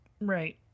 right